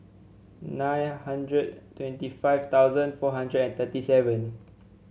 nine hundred twenty five thousand four hundred and thirty seven